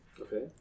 Okay